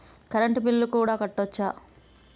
Current bill కూడా కట్టొచ్చా?